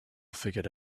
figured